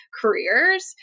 careers